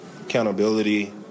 accountability